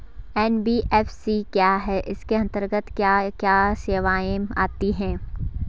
NBFC क्या है इसके अंतर्गत क्या क्या सेवाएँ आती हैं?